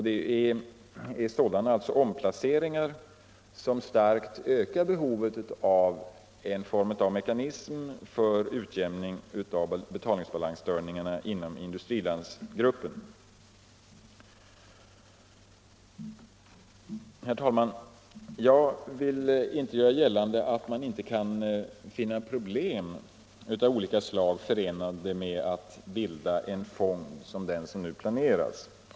Det är sådana omplaceringar som starkt ökar behovet av en form av mekanism för utjämning av betalningsbalansstörningar inom i-landsgruppen. Herr talman! Jag vill inte göra gällande att man inte kan finna problem av olika slag förenade med att bilda en fond som den som planeras.